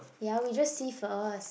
ya we just see first